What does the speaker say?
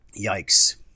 Yikes